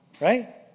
Right